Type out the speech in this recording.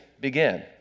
begin